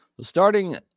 Starting